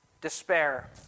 despair